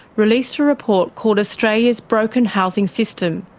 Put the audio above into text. released a report called australia's broken housing system.